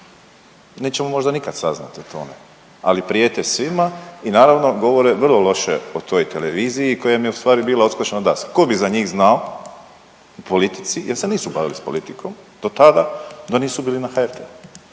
nećemo možda nikada saznati o tome, ali prijete svima i naravno govore vrlo loše o toj televiziji koja im je ustvari bila odskočna daska, ko bi za njih znao u politici jer se nisu bavili s politikom do tada da nisu bili na HRT-u.